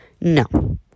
No